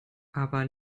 aber